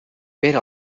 pere